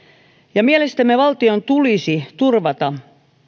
mielestämme valtion tulisi turvata